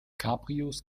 cabrios